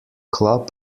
club